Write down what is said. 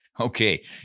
Okay